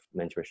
mentorship